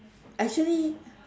actually